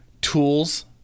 tools